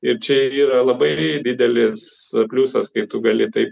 ir čia ir yra labai didelis pliusas kai tu gali taip